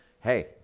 Hey